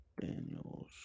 Daniels